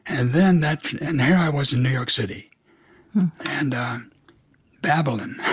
and then that and here i was in new york city and babylon.